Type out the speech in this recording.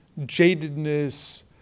jadedness